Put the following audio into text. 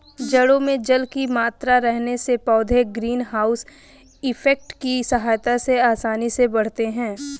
जड़ों में जल की मात्रा रहने से पौधे ग्रीन हाउस इफेक्ट की सहायता से आसानी से बढ़ते हैं